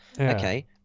okay